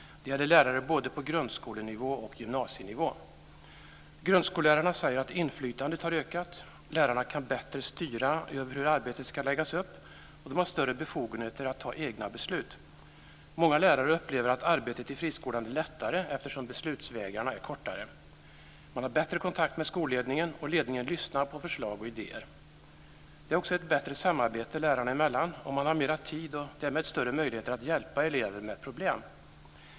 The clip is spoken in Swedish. Det gäller lärare på både grundskolenivå och gymnasienivå. Grundskollärarna säger att inflytandet har ökat. Lärarna kan bättre styra över hur arbetet ska läggas upp och de har större befogenheter att ta egna beslut. Många lärare upplever att arbetet i friskolan är lättare eftersom beslutsvägarna är kortare. Man har bättre kontakt med skolledningen, och ledningen lyssnar på förslag och idéer. Det är också ett bättre samarbete lärarna emellan och man har mera tid och därmed större möjligheter att hjälpa elever med problem.